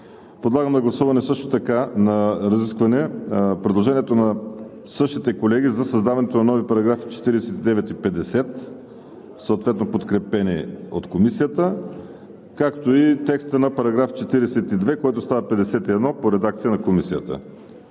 Подлагам на разискване предложението на същите колеги за създаването на нови параграфи 49 и 50, съответно подкрепени от Комисията, както и текста на § 42, който става 51 по редакция на Комисията.